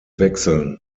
wechseln